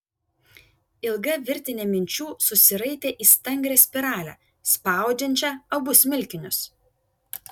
ilga virtinė minčių susiraitė į stangrią spiralę spaudžiančią abu smilkinius